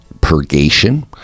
purgation